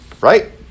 Right